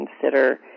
consider